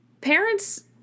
parents